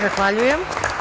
Zahvaljujem.